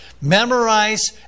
Memorize